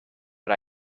but